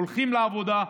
הולכים לעבודה,